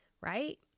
right